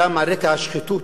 גם על רקע השחיתות,